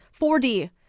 4D